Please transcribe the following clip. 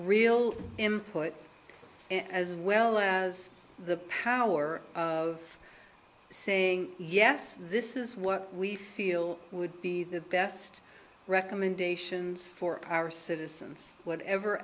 employed as well as the power of saying yes this is what we feel would be the best recommendations for our citizens whatever